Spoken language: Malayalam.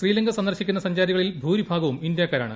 ശ്രീലങ്ക സന്ദർശിക്കുന്ന സഞ്ചാരികളിൽ ഭൂരിഭാഗവും ഇന്ത്യക്കാരാണ്